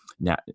Now